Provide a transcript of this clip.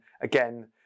again